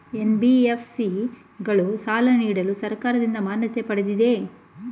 NBFC ಗಳು ಸಾಲ ನೀಡಲು ಸರ್ಕಾರದಿಂದ ಮಾನ್ಯತೆ ಪಡೆದಿವೆಯೇ?